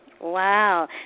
Wow